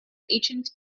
ancient